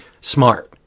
smart